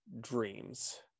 dreams